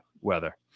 weather